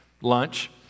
Lunch